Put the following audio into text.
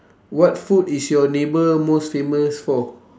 what food is your neighbour most famous for